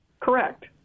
Correct